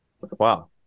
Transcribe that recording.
wow